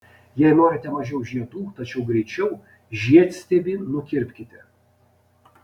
jei norite mažiau žiedų tačiau greičiau žiedstiebį nukirpkite